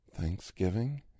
Thanksgiving